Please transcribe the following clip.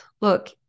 look